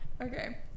okay